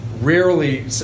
rarely